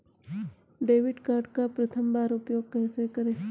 Debit card का प्रथम बार उपयोग कैसे करेंगे?